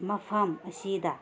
ꯃꯐꯝ ꯑꯁꯤꯗ